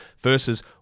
versus